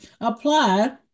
apply